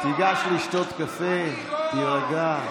תיגש לשתות קפה, תירגע.